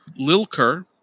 Lilker